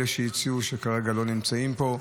אלה שהציעו שכרגע לא נמצאים פה.